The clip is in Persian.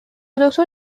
دکتر